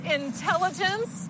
intelligence